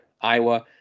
Iowa